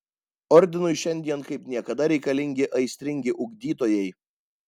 ordinui šiandien kaip niekada reikalingi aistringi ugdytojai